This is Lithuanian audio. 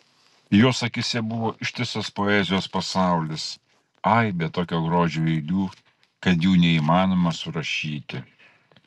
jos akyse buvo ištisas poezijos pasaulis aibė tokio grožio eilių kad jų neįmanoma surašyti